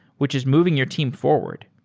which is moving your team forward.